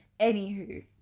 Anywho